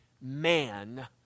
man